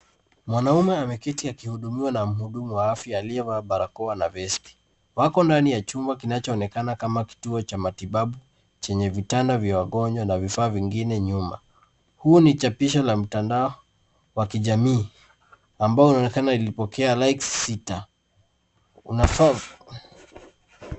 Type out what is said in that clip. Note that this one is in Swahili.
Mwanaume ameketi akihudumiwa na mhudumu wa afya aliyevaa barakoa na vesti, wako ndani ya chumba kinachoonekana kama kituo cha kimatibabu chenye vitanda vya wagonjwa na vifaa vingine nyuma. Huu ni chapisho la mtandao wa kijamii ambayo inaonekana ilipokea Likes sita.